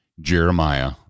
Jeremiah